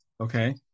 Okay